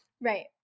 Right